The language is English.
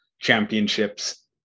championships